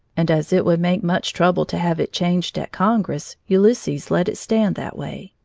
and as it would make much trouble to have it changed at congress, ulysses let it stand that way.